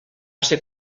ser